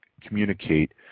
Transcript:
communicate